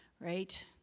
right